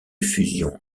fusion